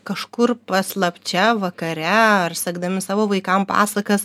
kažkur paslapčia vakare ar sekdami savo vaikam pasakas